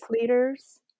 leaders